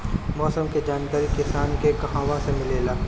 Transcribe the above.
मौसम के जानकारी किसान के कहवा से मिलेला?